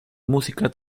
música